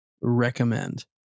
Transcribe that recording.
recommend